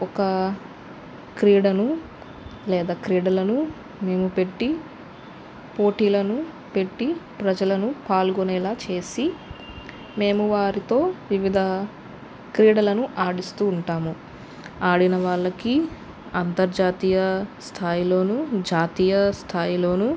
ఒక క్రీడను లేదా క్రీడలను మేము పెట్టి పోటీలను పెట్టి ప్రజలను పాల్గొనేలా చేసి మేము వారితో వివిధ క్రీడలను ఆడిస్తూ ఉంటాము ఆడిన వాళ్ళకి అంతర్జాతీయ స్థాయిలోనూ జాతీయ స్థాయిలోనూ